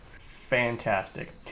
Fantastic